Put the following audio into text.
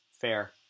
fair